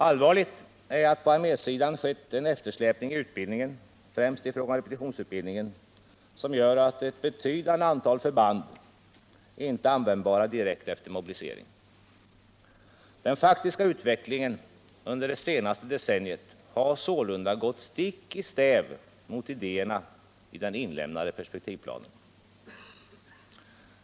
Allvarligt är att det på armésidan skett en eftersläpning i utbildningen, främst i fråga om repetitionsutbildningen, som gör att ett betydande antal förband inte är användbara direkt efter mobilisering. Den faktiska utvecklingen under det senaste decenniet har sålunda gått stick i stäv mot idéerna i den inlämnade perspektivplanen.